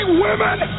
women